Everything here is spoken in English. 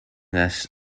this